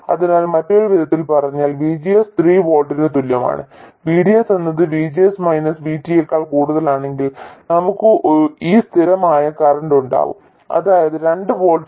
അതിനാൽ മറ്റൊരു വിധത്തിൽ പറഞ്ഞാൽ VGS 3 വോൾട്ടിന് തുല്യമാണ് VDS എന്നത് VGS മൈനസ് VT യേക്കാൾ കൂടുതലാണെങ്കിൽ നമുക്ക് ഈ സ്ഥിരമായ കറന്റ് ഉണ്ടാകും അതായത് 2 വോൾട്ട്